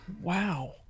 Wow